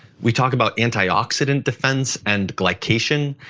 we talk about antioxidant defense and glycation,